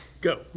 Go